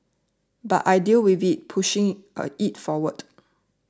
but I deal with it pushing a it forward